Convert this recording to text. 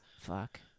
Fuck